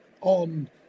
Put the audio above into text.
on